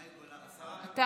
מאי גולן השרה, אני אסכם.